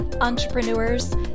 entrepreneurs